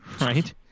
Right